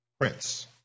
prince